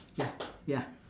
ya ya